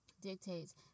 dictates